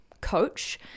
coach